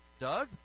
Doug